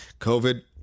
COVID